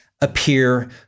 Appear